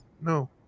no